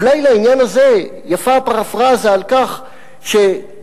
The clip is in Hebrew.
אולי לעניין הזה יפה הפרפראזה על כך שאם